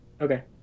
Okay